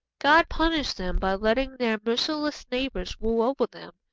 god punished them by letting their merciless neighbours rule over them,